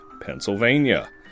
Pennsylvania